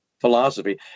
philosophy